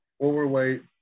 overweight